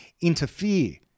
interfere